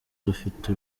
dufite